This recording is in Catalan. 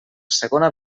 segona